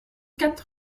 quatre